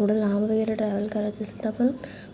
थोडं लांब वगैरे ट्रॅवल करायचं असेल तर आपण